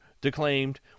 declaimed